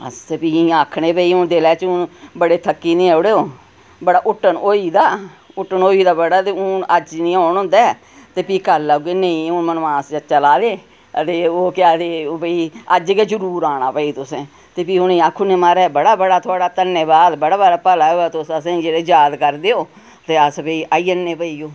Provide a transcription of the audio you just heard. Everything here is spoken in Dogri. अस फ्ही इंयां आक्खने भई हून दिला च हून बड़े थक्की गे दे मड़ो बड़ा हुट्टन होई गेदा हुट्टन होई गेदा बड़ा अज्ज नेईं औन औंदा ऐ ते फ्ही कल औगे नेईं मनमास चला दे ते ओह् केह् आखदे भई अज्ज गै जरूर आना भई तुसें फ्ही उनेंगी आक्खी उड़ने आं महारज बड़ा बड़ा थुआढ़ा धन्यबाद बड़ा बड़ा भला होवै तुस असेंगी जेह्ड़ा याद करदे ओ ते अस फ्ही आई जन्ने भई ओ